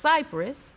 Cyprus